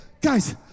guys